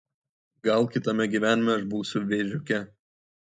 gal kitame gyvenime aš būsiu vėžiuke